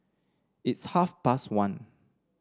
its half past one